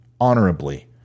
honorably